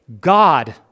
God